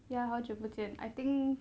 ya 好久不见 I think